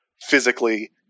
physically